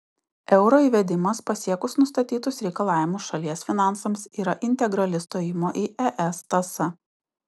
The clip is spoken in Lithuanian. euro įvedimas pasiekus nustatytus reikalavimus šalies finansams yra integrali stojimo į es tąsa